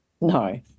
No